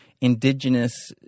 indigenous